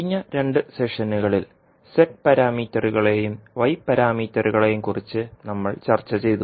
കഴിഞ്ഞ രണ്ട് സെഷനുകളിൽ z പാരാമീറ്ററുകളെയും y പാരാമീറ്ററുകളെയും കുറിച്ച് നമ്മൾ ചർച്ച ചെയ്തു